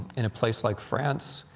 in a place like france,